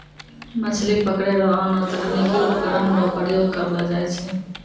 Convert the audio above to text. मछली पकड़ै रो आनो तकनीकी उपकरण रो प्रयोग करलो जाय छै